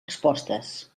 respostes